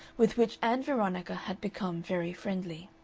with which ann veronica had become very friendly.